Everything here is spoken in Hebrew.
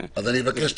בבקשה.